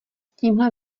tímhle